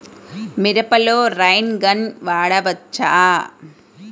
మిరపలో rain gun వాడవచ్చా?